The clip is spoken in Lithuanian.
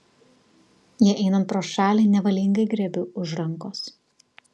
jai einant pro šalį nevalingai griebiu už rankos